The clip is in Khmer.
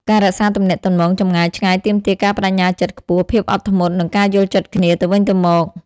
កាដូទាំងនេះអាចធ្វើឲ្យពួកគេមានអារម្មណ៍ថាទទួលបានស្រឡាញ់ នឹកនា និងមិនត្រូវបានបំភ្លេច។